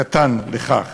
קטן, לכך.